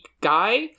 guy